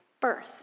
birth